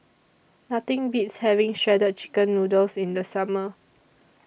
Nothing Beats having Shredded Chicken Noodles in The Summer